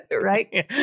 right